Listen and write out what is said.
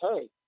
Hey